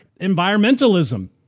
environmentalism